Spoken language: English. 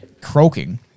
croaking